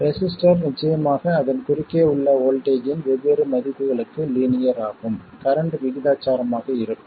resistor நிச்சயமாக அதன் குறுக்கே உள்ள வோல்ட்டேஜ்ஜின் வெவ்வேறு மதிப்புகளுக்கு லீனியர் ஆகும் கரண்ட் விகிதாசாரமாக இருக்கும்